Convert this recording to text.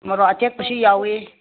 ꯃꯣꯔꯣꯛ ꯑꯇꯦꯛꯄꯁꯨ ꯌꯥꯎꯏ